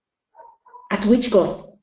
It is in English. at which costs.